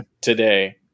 today